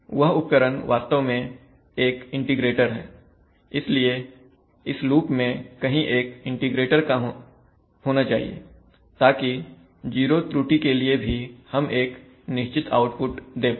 वह उपकरण वास्तव में एक इंटीग्रेटर हैइसलिए इस लूप में कहीं एक इंटीग्रेटर होना चाहिए ताकि 0 त्रुटि के लिए भी हम एक निश्चित आउटपुट दे पाए